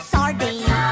Sardine